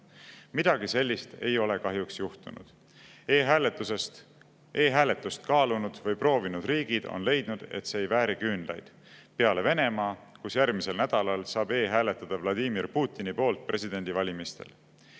Midagi sellist ei ole kahjuks juhtunud. E-hääletust kaalunud või proovinud riigid on leidnud, et see ei vääri küünlaid. Peale Venemaa, kus järgmisel nädalal saab e-hääletada Vladimir Putini poolt presidendivalimistel.